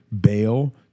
bail